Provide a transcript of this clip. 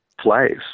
place